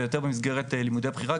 ויותר במסגרת לימודי בחירה,